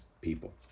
people